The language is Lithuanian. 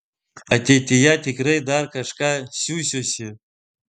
ateityje tikrai dar kažką siųsiuosi